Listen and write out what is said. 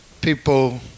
people